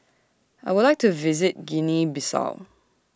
I Would like to visit Guinea Bissau